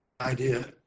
idea